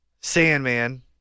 Sandman